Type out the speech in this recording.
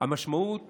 המשמעות